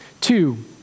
Two